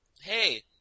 Hey